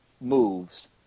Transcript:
moves